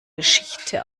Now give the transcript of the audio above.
geschichte